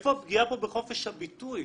איפה הפגיעה פה בחופש הביטוי?